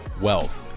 wealth